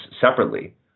separately